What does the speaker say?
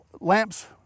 lamps